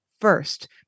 first